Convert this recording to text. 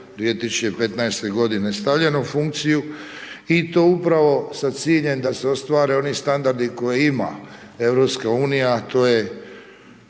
2015. godine stavljena u funkciju i to upravo sa ciljem da se ostvare oni standardi koje ima EU a to je